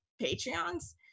Patreon's